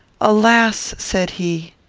alas! said he,